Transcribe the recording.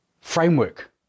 framework